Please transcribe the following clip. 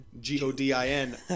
G-O-D-I-N